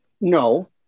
No